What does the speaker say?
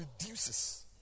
reduces